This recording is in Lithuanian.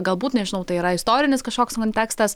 galbūt nežinau tai yra istorinis kažkoks kontekstas